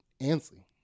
Ansley